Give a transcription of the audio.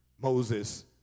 Moses